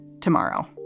tomorrow